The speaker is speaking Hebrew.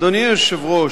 אדוני היושב-ראש,